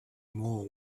more